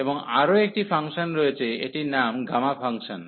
এবং আরও একটি ফাংশন রয়েছে এটির নাম গামা ফাংশন